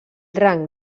rang